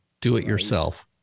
do-it-yourself